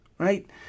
right